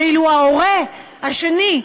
ואילו ההורה השני,